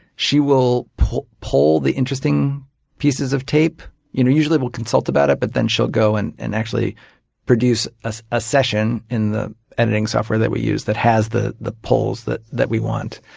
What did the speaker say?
she will pull pull the interesting pieces of tape usually we'll consult about it but then she'll go and and actually produce a ah session in the editing software that we use that has the the pulls that that we want.